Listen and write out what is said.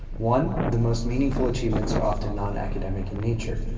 one, the most meaningful achievements are often non-academic in nature.